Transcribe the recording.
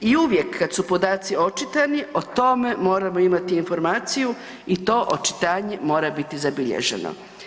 I uvijek kad su podaci očitani, o tome moramo imati informaciju i to očitanje mora biti zabilježeno.